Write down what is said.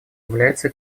является